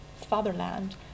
fatherland